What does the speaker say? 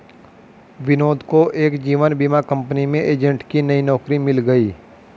विनोद को एक जीवन बीमा कंपनी में एजेंट की नई नौकरी मिल गयी